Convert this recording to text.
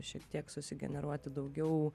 šiek tiek susigeneruoti daugiau